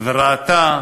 וראתה